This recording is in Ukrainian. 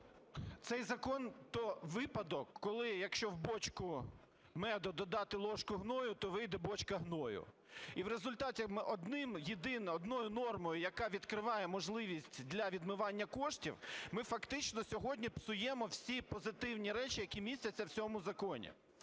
Цей закон – той випадок коли, якщо в бочку меду додати ложку гною, то вийде бочка гною. І в результаті однією нормою, яка відкриває можливість для відмивання коштів, ми фактично сьогодні псуємо всі позитивні речі, які містяться в цьому законі.